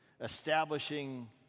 establishing